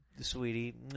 sweetie